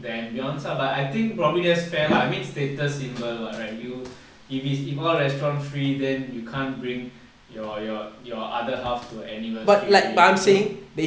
the ambience ah but I think probably just fair lah I mean status symbol [what] right you if it involve restaurant free then you can't bring your your your other half to anniversary date you know